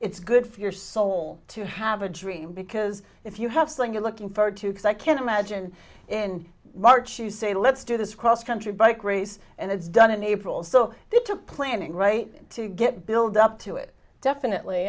it's good for your soul to have a dream because if you have some good looking forward to because i can't imagine it in march you say let's do this cross country bike race and it's done in april so they took planning right to get build up to it definitely